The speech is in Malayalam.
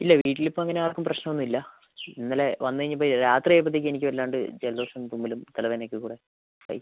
ഇല്ല വീട്ടിലിപ്പോൾ അങ്ങനെയാർക്കും പ്രശ്നമൊന്നുമില്ല ഇന്നലെ വന്നുകഴിഞ്ഞപ്പോൾ രാത്രിയായപ്പോഴത്തേക്ക് എനിക്ക് വല്ലാണ്ട് ജലദോഷവും തുമ്മലും തലവേദനയൊക്കെക്കൂടെ ആയി